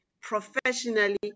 professionally